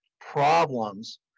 problems